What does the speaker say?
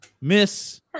Miss